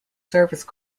service